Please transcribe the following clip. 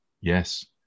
yes